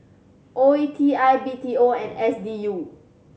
O E T I B T O and S D U